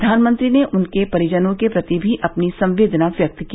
प्रधानमंत्री ने उनके परिजनों के प्रति भी अपनी संवेदना व्यक्त की